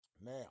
Now